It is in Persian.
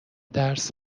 درس